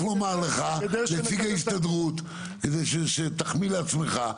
לומר לך נציג ההסתדרות כדי שתחמיא לעצמך.